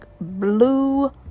blue